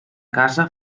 caça